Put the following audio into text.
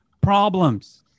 Problems